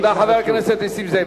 תודה, חבר הכנסת נסים זאב.